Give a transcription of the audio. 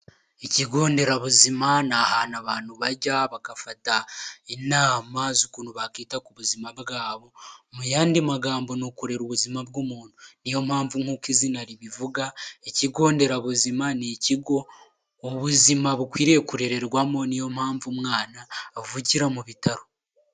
Ikigo nderabuzima ni ahantu abantu bajya bagafata inama z'ukuntu bakwita ku buzima bwabo, mu yandi magambo ni ukurera ubuzima bw'umuntu, niyo mpamvu nk'uko izina ribivuga ikigo nderabuzima ni ikigo ubuzima bukwiriye kurererwamo niyo mpamvu umwana avugira mu bitaro.